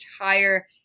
entire